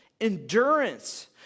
endurance